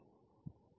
t2